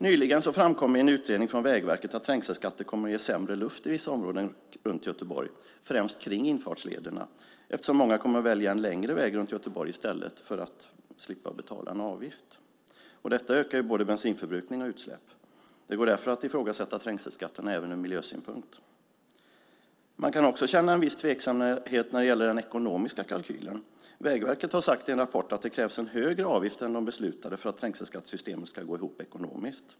Nyligen framkom i en utredning från Vägverket att trängselskatter kommer att ge sämre luft i vissa områden runt Göteborg, främst kring infartslederna, eftersom många kommer att välja en längre väg runt Göteborg för att slippa betala en avgift. Detta ökar både bensinförbrukning och utsläpp. Det går därför att ifrågasätta trängselskatterna även ur miljösynpunkt. Man kan också känna viss tveksamhet när det gäller den ekonomiska kalkylen. Vägverket har sagt i en rapport att det krävs en högre avgift än de beslutade för att trängselskattesystemet ska gå ihop ekonomiskt.